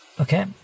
okay